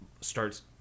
starts